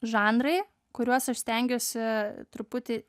žanrai kuriuos aš stengiuosi truputį